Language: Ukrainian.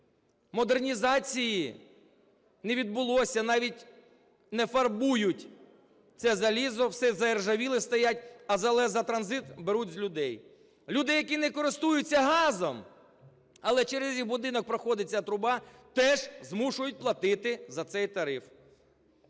модернізації не відбулося, навіть не фарбують це залізо, все заіржавіле стоїть, але за транзит беруть з людей. Людей, які не користуються газом, але через будинок проходить ця труба, теж змушують платити за цей тариф.